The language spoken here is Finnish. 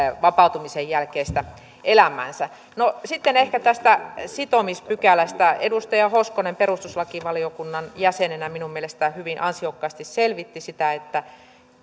vapautumisen jälkeistä elämäänsä no sitten ehkä tästä sitomispykälästä edustaja hoskonen perustuslakivaliokunnan jäsenenä minun mielestäni hyvin ansiokkaasti selvitti sitä että